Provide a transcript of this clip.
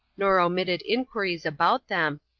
nor omitted inquiries about them,